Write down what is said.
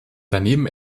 daneben